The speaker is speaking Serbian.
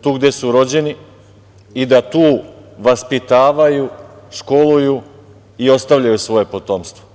tu gde su rođeni i da tu vaspitavaju, školuju i ostavljaju svoje potomstvo.